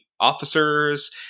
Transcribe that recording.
officers